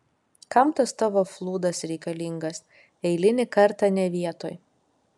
kam tas tavo flūdas reikalingas eilinį kartą ne vietoj